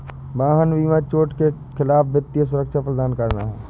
वाहन बीमा चोट के खिलाफ वित्तीय सुरक्षा प्रदान करना है